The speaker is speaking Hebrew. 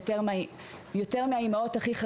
אין סיכוי שהוא היה נכנס לחוף